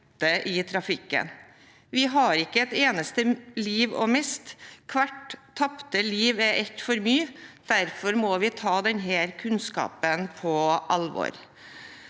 Vi har ikke et eneste liv å miste, hvert tapte liv er ett for mye, og derfor må vi ta denne kunnskapen på alvor.